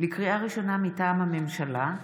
לקריאה ראשונה, מטעם הממשלה: